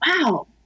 wow